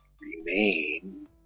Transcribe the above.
remain